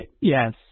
Yes